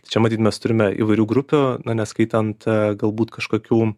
čia matyt mes turime įvairių grupių na neskaitant galbūt kažkokių